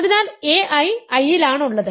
അതിനാൽ ai I ലാണ് ഉള്ളത്